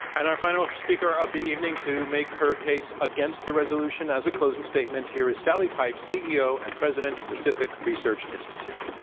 and our final speaker of the evening to make her case against the resolution, as a closing statement, here is sally pipes, ceo and president of pacific research institute.